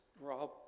Rob